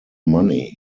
money